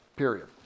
Period